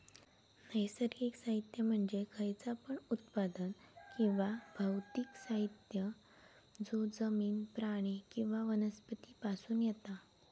नैसर्गिक साहित्य म्हणजे खयचा पण उत्पादन किंवा भौतिक पदार्थ जो जमिन, प्राणी किंवा वनस्पती पासून येता